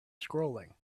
scrolling